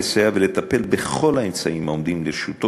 לסייע ולטפל בכל האמצעים העומדים לרשותו